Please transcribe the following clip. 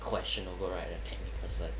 questionable right thing the technical side